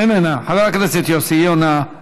איננה, חבר הכנסת יוסי יונה איננו,